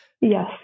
yes